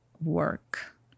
work